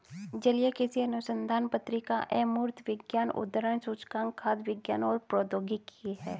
जलीय कृषि अनुसंधान पत्रिका अमूर्त विज्ञान उद्धरण सूचकांक खाद्य विज्ञान और प्रौद्योगिकी है